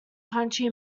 county